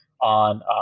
on